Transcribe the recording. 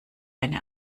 eine